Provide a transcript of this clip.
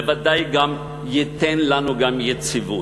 זה בוודאי ייתן לנו גם יציבות.